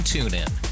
TuneIn